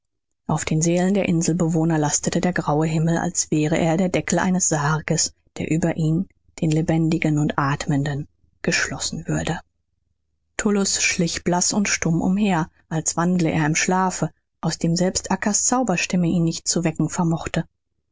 auf den seelen der inselbewohner lastete der graue himmel als wäre er der deckel eines sarges der über ihnen den lebendigen und athmenden geschlossen würde tullus schlich blaß und stumm umher als wandle er im schlafe aus dem selbst acca's zauberstimme ihn nicht zu wecken vermochte